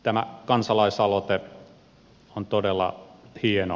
tämä kansalaisaloite on todella hieno